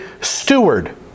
steward